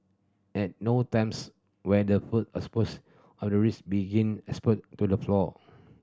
at no times where the food exposed or the risk of begin exposed to the floor